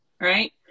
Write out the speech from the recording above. right